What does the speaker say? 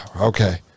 okay